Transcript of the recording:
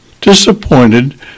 Disappointed